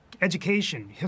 education